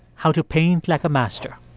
how to paint like a master